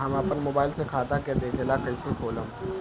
हम आपन मोबाइल से खाता के देखेला कइसे खोलम?